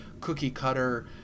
cookie-cutter